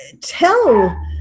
tell